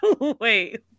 Wait